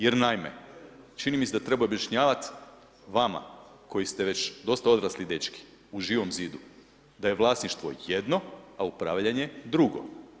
Jer naime, čini mi se da treba objašnjavati vama, koji ste već dosta odbrali dečki u Živom zidu, da je vlasništvo jedno, a upravljanje drugo.